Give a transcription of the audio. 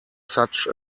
such